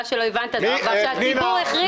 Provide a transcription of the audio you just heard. מה שלא הבנת הוא שהציבור הכריע.